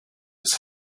his